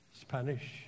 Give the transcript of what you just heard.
Spanish